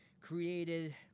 created